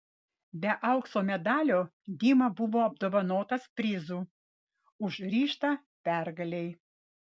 be aukso medalio dima buvo apdovanotas prizu už ryžtą pergalei